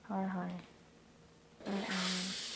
হয় হয়